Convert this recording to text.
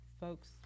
folks